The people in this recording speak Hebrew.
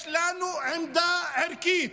יש לנו עמדה ערכית,